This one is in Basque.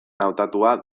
hautatua